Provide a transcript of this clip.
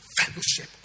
Fellowship